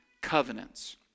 covenants